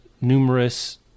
numerous